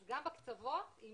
אז גם בקצוות היא